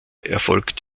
erfolgt